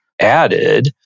added